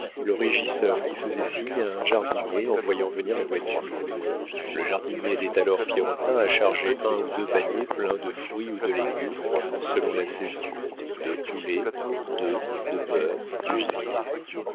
le régisseur qui faisait signe à un jardinier en voyant venir la voiture le jardinier aidait alors pierrotin à charger un ou deux paniers pleins de fruits ou de légumes selon la saison de poulets d'œufs de beurre de gibier